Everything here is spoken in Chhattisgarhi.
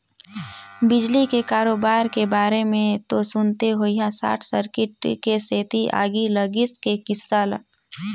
बिजली के करोबार के बारे मे तो सुनते होइहा सार्ट सर्किट के सेती आगी लगई के किस्सा ल